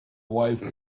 wife